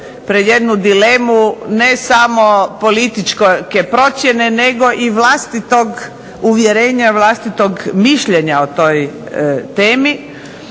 u jednu dilemu ne samo političke procjene, nego vlastitog uvjerenja, vlastitog mišljenja o toj temi